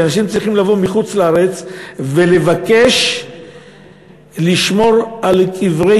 שאנשים צריכים לבוא מחוץ-לארץ ולבקש לשמור על קברי